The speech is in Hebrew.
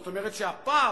זאת אומרת שהפער,